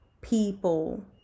people